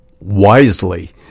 wisely